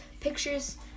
pictures